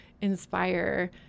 inspire